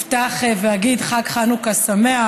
אפתח ואגיד: חג חנוכה שמח.